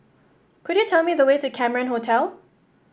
could you tell me the way to Cameron Hotel